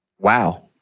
Wow